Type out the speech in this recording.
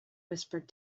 whispered